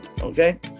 okay